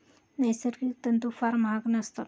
नैसर्गिक तंतू फार महाग नसतात